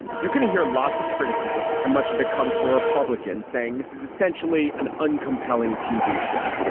you're going to hear lots of criticism and much of it comes from republicans saying this is essentially an uncompelling tv show.